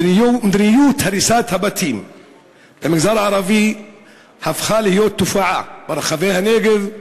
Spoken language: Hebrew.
מדיניות הריסת הבתים במגזר הערבי הפכה להיות תופעה: ברחבי הנגב,